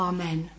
Amen